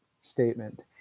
statement